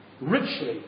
richly